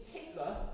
Hitler